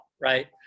right